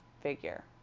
figure